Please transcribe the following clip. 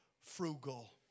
frugal